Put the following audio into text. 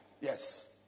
Yes